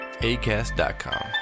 ACAST.com